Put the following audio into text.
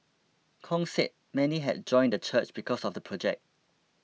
Kong said many had joined the church because of the project